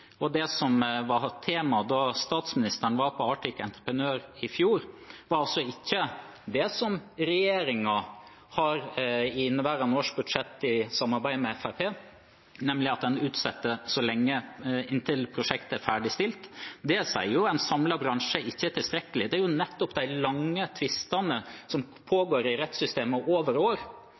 Og det som var tema da statsministeren var på Arctic Entrepreneur i fjor, er altså ikke det som regjeringen har i inneværende års budsjett i samarbeid med Fremskrittspartiet, nemlig at en utsetter inntil prosjektet er ferdigstilt. Det sier en samlet bransje ikke er tilstrekkelig. Det er nettopp de lange tvistene som pågår i rettssystemet over år,